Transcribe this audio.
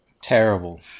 Terrible